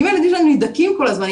אם הילדים שלנו נבדקים כל הזמן,